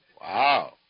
Wow